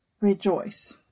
rejoice